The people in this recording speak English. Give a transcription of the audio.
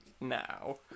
now